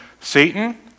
Satan